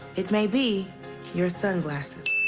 it may be your sunglasses.